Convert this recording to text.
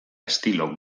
estilo